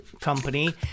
company